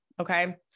okay